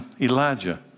Elijah